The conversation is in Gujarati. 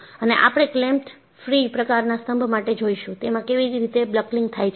અને આપણે ક્લેમ્પ્ડ ફ્રી પ્રકારના સ્તંભ માટે જોઈશું તેમાં કેવી રીતે બકલિંગ થાય છે